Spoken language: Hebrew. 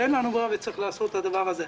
אין לנו ברירה וצריך לעשות את הדבר הזה.